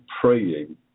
praying